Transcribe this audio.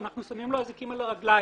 ושמים לו אזיקים על הרגליים.